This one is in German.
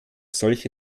solche